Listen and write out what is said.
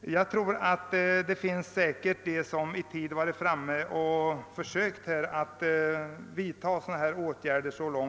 Jag tror dock att de åtgärder som varit möjliga att vidta också har vidtagits. Utskottsmajoriteten kan